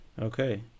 okay